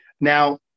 Now